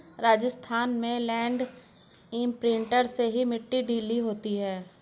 राजस्थान में land imprinter से ही मिट्टी ढीली होती है